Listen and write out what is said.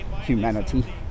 humanity